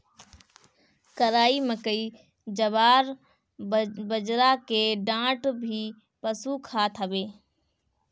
कराई, मकई, जवार, बजरा के डांठ भी पशु खात हवे